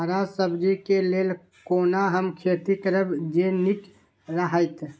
हरा सब्जी के लेल कोना हम खेती करब जे नीक रहैत?